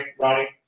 Ronnie